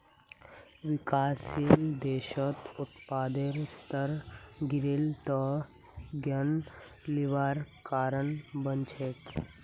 विकासशील देशत उत्पादेर स्तर गिरले त ऋण लिबार कारण बन छेक